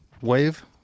wave